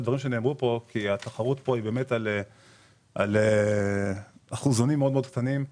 שנאמרו כאן כי התחרות כאן היא באמת על אחוזונים מאוד מאוד קטנים.